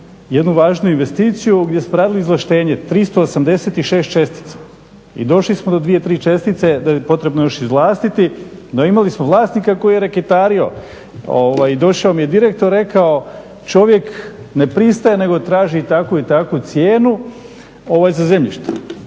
jednu važnu investiciju gdje su tražili izvlaštenje 386 čestica. I došli smo do 2, 3 čestice da je potrebno još izvlastiti no imali smo vlasnika koji je reketario i došao mi je direktor i rekao čovjek ne pristaje nego traži takvu i takvu cijenu za zemljište.